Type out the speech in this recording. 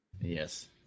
yes